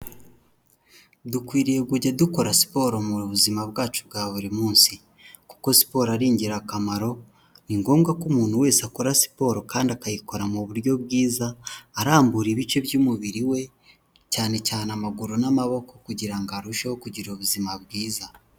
Dukwiriye kujya dukora siporo mu buzima bwacu bwa buri munsi, kuko siporo ari ingirakamaro ni ngombwa ko umuntu wese akora siporo kandi akayikora mu buryo bwiza, arambura ibice by'umubiri we cyane cyane amaguru n'amaboko kugira ngo arusheho kugira ubuzima bwiza.